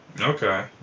Okay